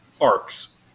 arcs